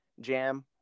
jam